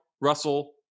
Russell